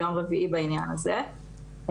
ביום רביעי בעניין הזה.